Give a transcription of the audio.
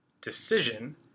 decision